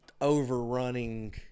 overrunning